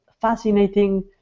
fascinating